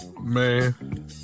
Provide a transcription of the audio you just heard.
Man